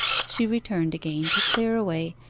she returned again to clear away,